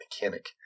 mechanic